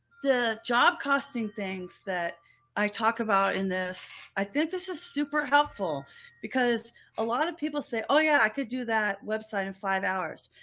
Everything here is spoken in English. the job costing things that i talk about in this. i think this is super helpful because a lot of people say, oh yeah, i could do that website in five hours,